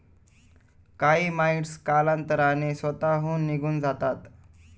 काही माइटस कालांतराने स्वतःहून निघून जातात